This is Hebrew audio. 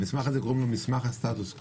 למסמך הזה קוראים מסמך הסטטוס-קוו.